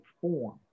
form